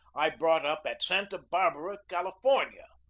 i brought up at santa barbara, california,